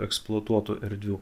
eksploatuotų erdvių